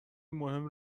مهم